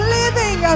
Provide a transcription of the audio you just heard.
living